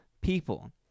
people